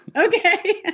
Okay